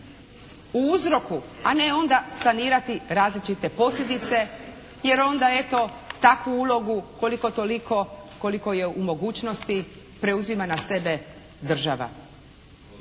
u uzroku, a ne onda sanirati različite posljedice jer onda eto takvu ulogu koliko, toliko koliko je u mogućnosti preuzima na sebe država.